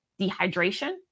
dehydration